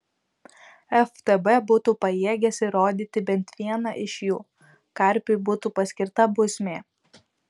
ftb būtų pajėgęs įrodyti bent vieną iš jų karpiui būtų paskirta bausmė